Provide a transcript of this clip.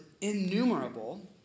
innumerable